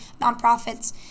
nonprofits